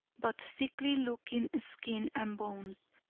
but sickly looking skin and bones.